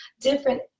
different